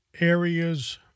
areas